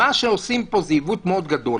מה שעושים פה זה עיוות מאוד גדול.